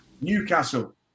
Newcastle